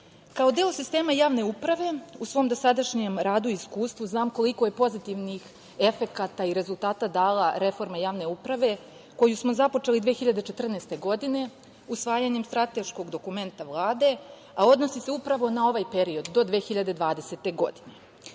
deo sistema javne uprave, u svom dosadašnjem radu i iskustvu znam koliko je pozitivnih efekata i rezultata dala reforma javne uprave, koju smo započeli 2014. godine usvajanjem strateškog dokumenta Vlade, a odnosi se upravo na ovaj period, do 2020. godine. Novi